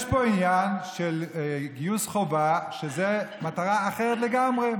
יש פה עניין של גיוס חובה למטרה אחרת לגמרי,